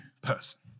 person